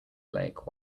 lake